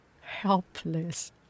helpless